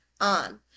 on